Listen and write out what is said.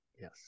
Yes